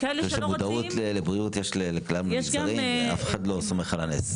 מודעות לבריאות יש לכלל המגזרים ואף אחד לא סומך על הנס.